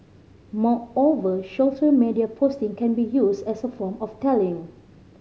moreover shorter media posting can be used as a form of tallying